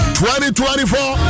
2024